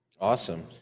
Awesome